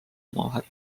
omavahel